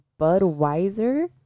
Budweiser